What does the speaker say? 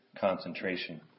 concentration